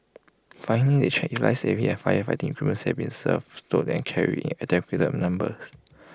finally they check if lifesaving and firefighting has been serviced stowed and carried in adequate numbers